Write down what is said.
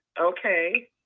Okay